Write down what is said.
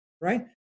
Right